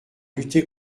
lutter